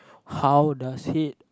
how does he